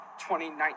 2019